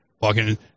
walking